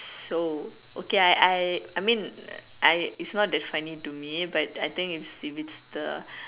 so okay I I I mean I it's not that funny to me but I think it's civester